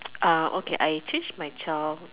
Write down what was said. uh okay I changed my child